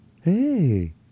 Hey